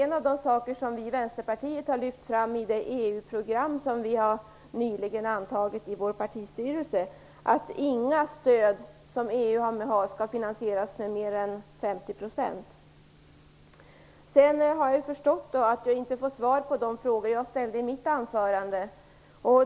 Något som vi i Vänsterpartiet har lyft fram i det EU program som vi nyligen har antagit i vår partistyrelse är att inga EU-stöd skall finansieras med mer än Jag har förstått att jag inte får svar på de frågor som jag ställde i mitt anförande.